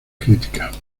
críticas